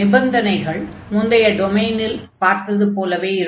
நிபந்தனைகள் முந்தைய டொமைனில் பார்த்தது போலவே இருக்கும்